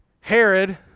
Herod